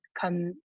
come